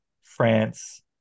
France